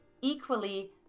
equally